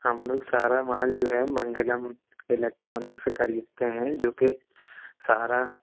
हम लोग सारा माल जो है मंगलम इलेक्ट्रॉनिक से खरीदते हैं जो कि सारा